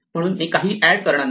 म्हणून मी काहीही एड करणार नाही